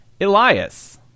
Elias